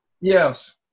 Yes